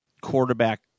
quarterback